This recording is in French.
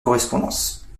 correspondance